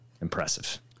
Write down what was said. impressive